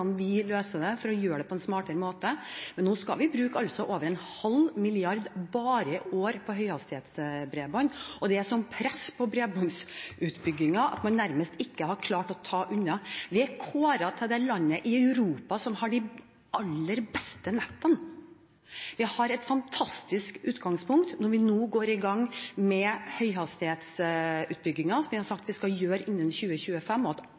vi løser det, for å gjøre det på en smartere måte. Men vi skal bruke over en halv milliard kroner bare i år på høyhastighetsbredbånd. Det er et slikt press på bredbåndsutbyggingen at man nærmest ikke har klart å ta det unna. Vi er kåret til det landet i Europa som har de aller beste nettene. Vi har et fantastisk utgangspunkt når vi nå går i gang med høyhastighetsutbyggingen, som vi har sagt vi skal gjøre innen 2025.